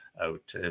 out